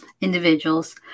individuals